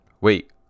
Wait